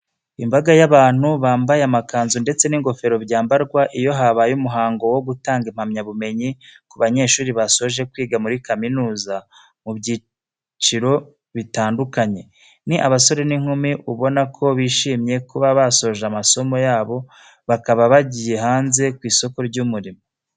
Imbaga y'abantu bambaye amakanzu ndetse n'ingofero byambarwa iyo habaye umuhango wo gutanga impamyabumenyi ku banyeshuri basoje kwiga muri kaminuza mu byiciro butandkanye. Ni abasore n'inkumi, ubona ko bishimiye kuba basoje amasomo yabo bakaba bagiye hanze ku isoko ry'umurimo.